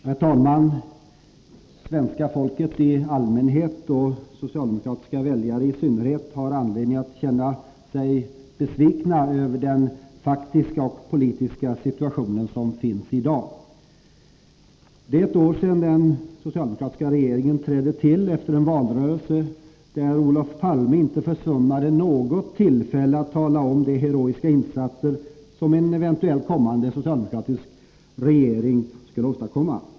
Herr talman! Svenska folket i allmänhet och socialdemokratiska väljare i synnerhet har anledning att känna sig besvikna över den faktiska och politiska situationen i dag. Det är ett år sedan den socialdemokratiska regeringen trädde till, efter en valrörelse där Olof Palme inte försummade något tillfälle att tala om de heroiska insatser som en eventuellt kommande socialdemokratisk regering skulle åstadkomma.